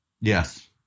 Yes